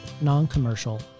non-commercial